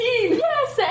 Yes